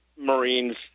Marines